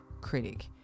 critic